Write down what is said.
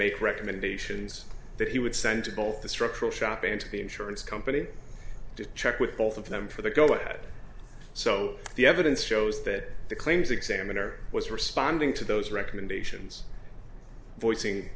make recommendations that he would send to both the structural shop and the insurance company to check with both of them for the go ahead so the evidence shows that the claims examiner was responding to those recommendations voicing